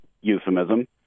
euphemism